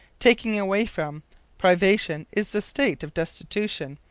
taking away from privation is the state of destitution,